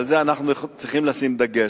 על זה אנחנו צריכים לשים דגש,